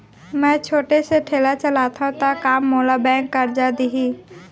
मैं छोटे से ठेला चलाथव त का मोला बैंक करजा दिही?